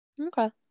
Okay